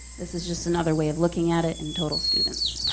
this is just another way of looking at it and total students.